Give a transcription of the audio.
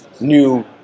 new